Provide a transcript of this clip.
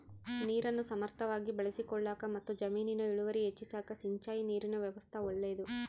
ನೀರನ್ನು ಸಮರ್ಥವಾಗಿ ಬಳಸಿಕೊಳ್ಳಾಕಮತ್ತು ಜಮೀನಿನ ಇಳುವರಿ ಹೆಚ್ಚಿಸಾಕ ಸಿಂಚಾಯಿ ನೀರಿನ ವ್ಯವಸ್ಥಾ ಒಳ್ಳೇದು